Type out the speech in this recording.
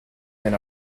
than